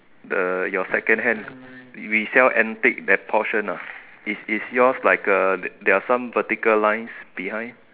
the your secondhand we sell antique that portion ah is is yours like a there are some vertical lines behind